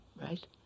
Right